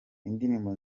indirimbo